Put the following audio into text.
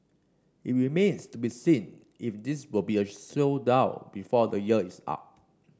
it remains to be seen if this will be a showdown before the year is up